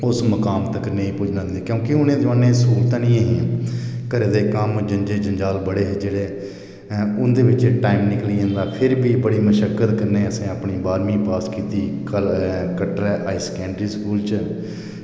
उस मुकाम तक नेईं पुजांदी क्यूंकि उ'ने जमाने स्हूलतां नेईं ऐ हियां घरे दे कम्म जंजे जंजाल बड़े हे जेह्ड़े उंदे बिच टाइम निकली जंदा फिर बी बड़ी मशक्कत कन्नै असें अपनी बारमी पास कीती कल ऐ कटरै हाई सकैंडरी स्कूल च